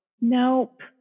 nope